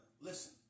Listen